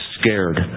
scared